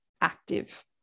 active